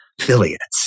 affiliates